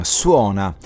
suona